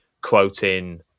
quoting